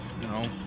No